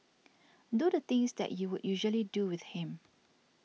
do the things that you would usually do with him